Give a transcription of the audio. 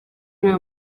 nta